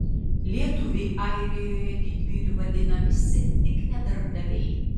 lietuvį airijoje didvyriu vadina visi tik ne darbdaviai